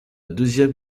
deuxième